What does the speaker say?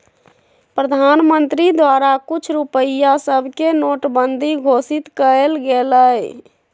प्रधानमंत्री द्वारा कुछ रुपइया सभके नोटबन्दि घोषित कएल गेलइ